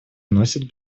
носит